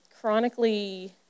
chronically